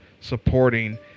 supporting